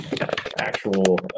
actual